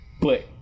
But-